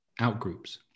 outgroups